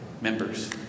members